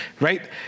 right